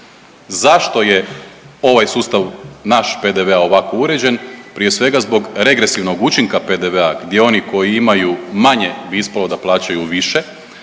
Zašto je ovaj sustav naš PDV-a ovako uređen? Prije svega zbog regresivnog učinka PDV-a gdje oni koji imaju manje bi ispalo da plaćaju više,